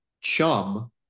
chum